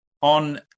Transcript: on